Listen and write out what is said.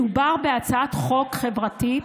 מדובר בהצעת חוק חברתית,